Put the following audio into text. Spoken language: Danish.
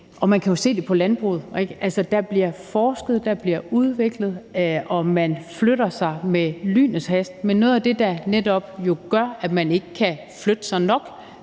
man kan jo se det på landbruget, for der bliver forsket, der bliver udviklet, og man flytter sig med lynets hast. Men noget af det, der netop gør, at man ikke kan flytte sig nok,